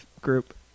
group